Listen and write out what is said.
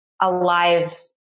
alive